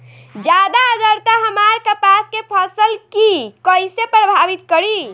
ज्यादा आद्रता हमार कपास के फसल कि कइसे प्रभावित करी?